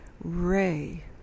ray